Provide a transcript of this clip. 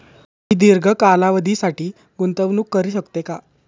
मी दीर्घ कालावधीसाठी गुंतवणूक करू शकते का?